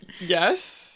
Yes